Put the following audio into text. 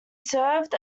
served